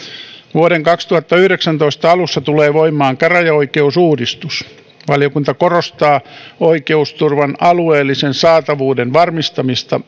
vuoden kaksituhattayhdeksäntoista alussa tulee voimaan käräjäoikeusuudistus valiokunta korostaa oikeusturvan alueellisen saatavuuden varmistamista